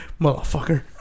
Motherfucker